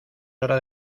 hora